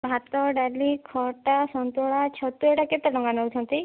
ଭାତ ଡାଲି ଖଟା ସନ୍ତୁଳା ଛତୁ ଏଗୁଡ଼ା କେତେ ଟଙ୍କା ନେଉଛନ୍ତି